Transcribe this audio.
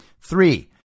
Three